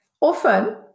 Often